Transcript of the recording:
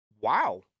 wow